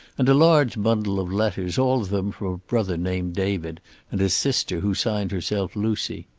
and a large bundle of letters, all of them from a brother named david and a sister who signed herself lucy.